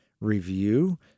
review